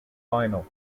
final